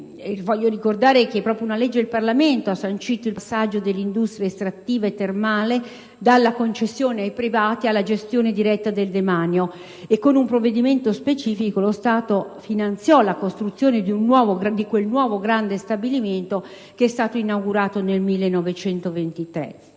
Voglio ricordare che proprio una legge del Parlamento ha sancito il passaggio dell'industria estrattiva e termale dalla concessione ai privati alla gestione diretta del demanio. Con un provvedimento specifico, lo Stato finanziò la costruzione del nuovo grande stabilimento inaugurato nel 1923.